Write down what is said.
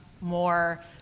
more